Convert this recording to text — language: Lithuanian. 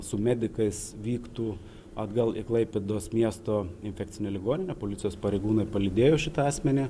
su medikais vyktų atgal į klaipėdos miesto infekcinę ligoninę policijos pareigūnai palydėjo šitą asmenį